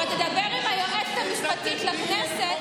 אבל תדבר עם היועצת המשפטית לכנסת,